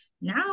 Now